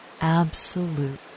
absolute